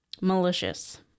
malicious